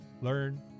learn